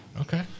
Okay